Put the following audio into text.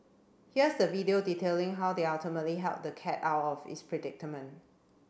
here's the video detailing how they ultimately helped the cat out of its predicament